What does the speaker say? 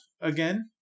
again